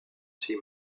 six